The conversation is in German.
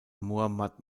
mohammad